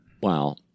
Wow